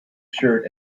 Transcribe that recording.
shirt